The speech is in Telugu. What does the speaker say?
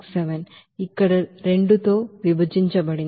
67 ఇక్కడ 2 తో విభజించబడింది